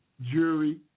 jury